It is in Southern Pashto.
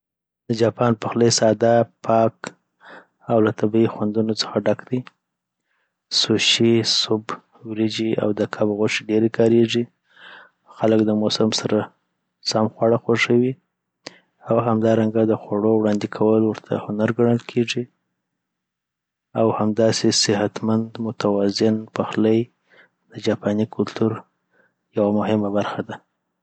د جاپان پخلی ساده، پاک او له طبیعي خوندونو څخه ډک وي. سوشي، سوپ، وريجې اود کب غوښي ډېر کارېږي. خلک د موسم سره سم خواړه خوښوي، او همدارنګه د خواړو وړاندې کول ورته هنر ګڼل کېږي. او همداسي صحتمند، متوازن پخلی د جاپاني کلتور یوه مهمه برخه ده